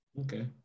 Okay